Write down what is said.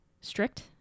strict